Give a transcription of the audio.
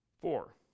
Four